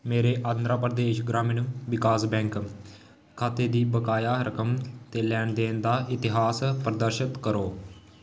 मेरे आंध्रा प्रदेश ग्रामीण विकास बैंक खाते दी बकाया रकम ते लैन देन दा इतिहास प्रदर्शत करो